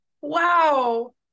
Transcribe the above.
wow